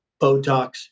Botox